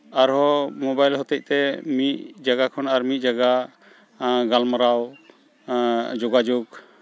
ᱟᱨᱦᱚᱸ ᱢᱮᱵᱟᱭᱤᱞ ᱦᱚᱛᱚᱡ ᱛᱮ ᱢᱤᱫ ᱡᱟᱭᱜᱟ ᱠᱷᱚᱱ ᱟᱨ ᱢᱤᱫ ᱡᱟᱭᱜᱟ ᱜᱟᱞᱢᱟᱨᱟᱣ ᱥ ᱡᱳᱜᱟᱡᱳᱜᱽ